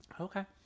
Okay